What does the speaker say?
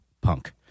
punk